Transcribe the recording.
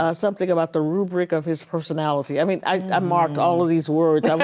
ah something about the rubric of his personality. i mean, i marked all of these words.